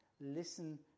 Listen